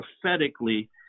prophetically